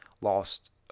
lost